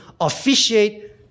officiate